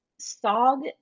SOG